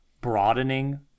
broadening